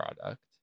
product